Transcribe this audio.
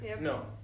No